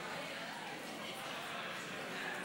תעשו לי טובה, תעזבו את האולם, שלא נפעיל את